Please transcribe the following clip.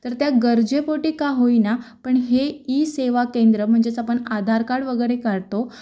तर त्या गरजेपोटी का होईना पण हे ई सेवा केंद्र म्हणजेच आपण आधार कार्ड वगैरे काढतो